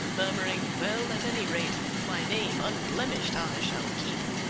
murmuring well, at any rate, my name unblemished i shall keep.